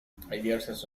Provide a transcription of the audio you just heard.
diversas